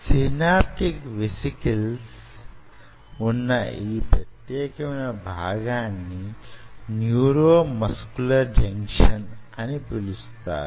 synaptic vesicles వున్న ఈ ప్రత్యేకమైన భాగాన్ని న్యూరోమస్క్యులర్ జంక్షన్ అని పిలుస్తారు